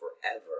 forever